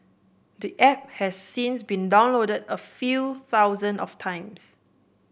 the app has since been downloaded a few thousand of times